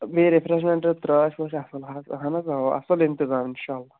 بیٚیہِ رِفرٛیشمیٚنٛٹ ترٛیٚش ویٚش چھِ اَصٕل حظ اَہَن حظ آوا اَصٕل اِنتِظام انشاءاللہ